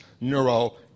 neuro